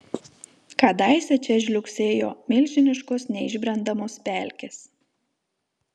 kadaise čia žliugsėjo milžiniškos neišbrendamos pelkės